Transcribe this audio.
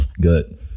Good